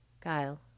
Kyle